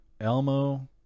Elmo